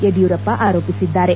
ಯಡಿಯೂರಪ್ಪ ಆರೋಪಿಸಿದ್ದಾರೆ